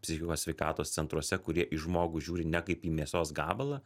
psichikos sveikatos centruose kurie į žmogų žiūri ne kaip į mėsos gabalą